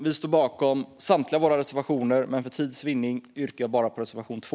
Vi står bakom samtliga våra reservationer, men för tids vinnande yrkar jag bifall bara till reservation 2.